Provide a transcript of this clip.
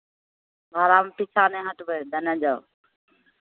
भाड़ामे पीछाँ नहि हटबै देने जाउ